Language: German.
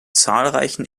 zahlreichen